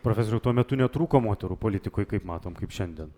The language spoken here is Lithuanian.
profesoriau tuo metu netrūko moterų politikoj kaip matom kaip šiandien